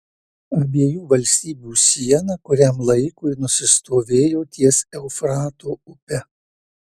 abiejų valstybių siena kuriam laikui nusistovėjo ties eufrato upe